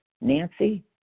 Nancy